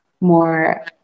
more